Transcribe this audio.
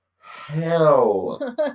hell